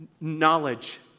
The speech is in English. knowledge